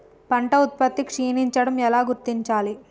పంట ఉత్పత్తి క్షీణించడం ఎలా గుర్తించాలి?